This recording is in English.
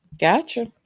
gotcha